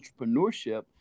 entrepreneurship